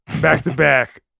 back-to-back